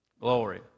Glory